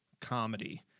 comedy